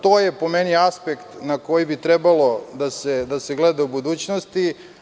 To je aspekt na koji bi trebalo da se gleda u budućnosti.